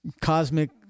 cosmic